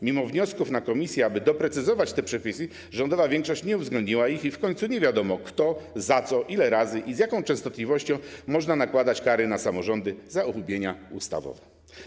Mimo wniosków na posiedzeniu komisji, aby doprecyzować te przepisy, rządowa większość nie uwzględniła ich i w końcu nie wiadomo, kto, za co, ile razy i z jaką częstotliwością może nakładać kary na samorządy za uchybienia ustawowe.